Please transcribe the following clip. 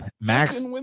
Max